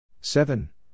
seven